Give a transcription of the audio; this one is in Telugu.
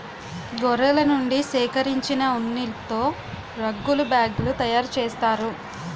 గొర్రెల నుండి సేకరించిన ఉన్నితో రగ్గులు బ్యాగులు తయారు చేస్తారు